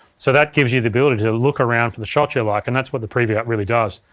so that gives you the ability to look around for the shots you like and that's what the preview out really does.